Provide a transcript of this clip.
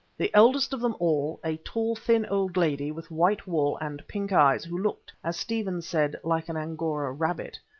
the eldest of them all, a tall, thin old lady with white wool and pink eyes who looked, as stephen said, like an angora rabbit,